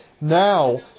Now